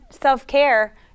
self-care